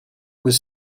was